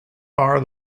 far